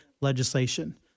legislation